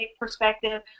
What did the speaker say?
perspective